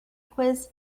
quiz